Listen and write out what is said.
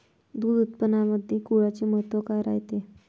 दूध उत्पादनामंदी गुळाचे महत्व काय रायते?